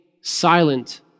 silent